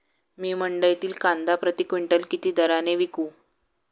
मी मंडईतील कांदा प्रति क्विंटल किती दराने विकू?